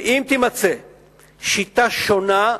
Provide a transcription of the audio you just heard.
ואם תימצא שיטה שונה,